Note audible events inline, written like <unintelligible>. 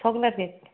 <unintelligible>